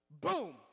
Boom